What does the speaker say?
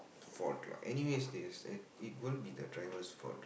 fault drive anyway this it it will be the driver's fault